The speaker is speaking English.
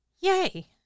Yay